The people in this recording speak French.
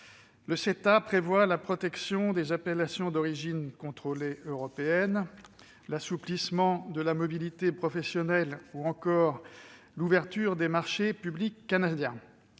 le CETA prévoit la protection des appellations d'origine contrôlée européennes, l'assouplissement de la mobilité professionnelle ou encore l'ouverture des marchés publics canadiens.